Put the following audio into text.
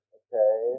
okay